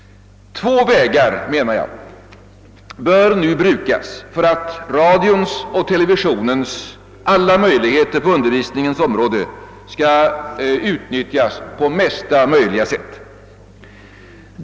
Två vägar, menar jag, bör nu brukas för att radions och televisionens alla möjligheter på undervisningens område skall kunna utnyttjas på bästa möjliga sätt.